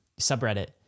subreddit